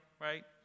right